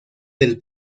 del